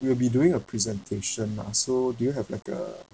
we will be doing a presentation lah so do you have like a